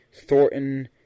Thornton